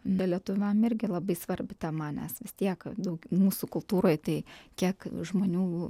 be lietuviam irgi labai svarbi tema nes tiek daug mūsų kultūroj tai kiek žmonių